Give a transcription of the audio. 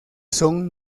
son